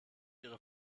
ihre